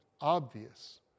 obvious